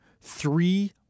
Three